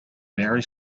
very